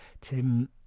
Tim